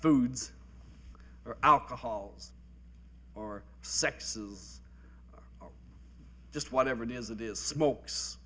foods or alcohols or sexes just whatever it is it is smokes